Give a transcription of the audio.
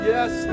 Yes